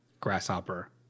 Grasshopper